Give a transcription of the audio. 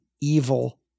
evil